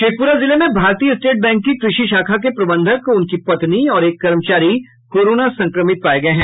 शेखप्रा जिले में भारतीय स्टेट बैंक की कृषि शाखा के प्रबंधक उनकी पत्नी और एक कर्मचारी कोरोना संक्रमित पाये गये हैं